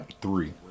Three